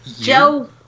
Joe